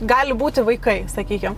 gali būti vaikai sakykim